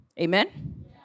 Amen